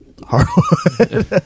hardwood